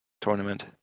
tournament